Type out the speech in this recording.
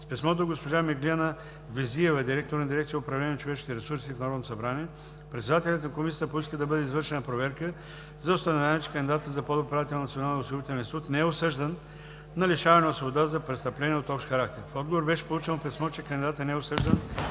С писмо до госпожа Миглена Везиева – директор на дирекция „Управление на човешките ресурси“ в Народното събрание, председателят на Комисията поиска да бъде извършена проверка за установяване, че кандидатът за подуправител на Националния осигурителен институт не е осъждан на лишаване от свобода за престъпления от общ характер. В отговор беше получено писмо, че кандидатът не е осъждан